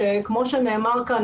שכמו שנאמר כאן,